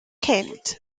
kent